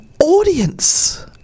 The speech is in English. audience